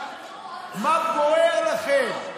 מה בוער לכם?